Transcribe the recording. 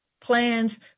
plans